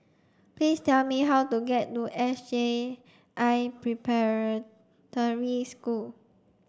please tell me how to get to S J I Preparatory School